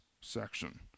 section